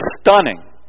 stunning